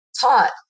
taught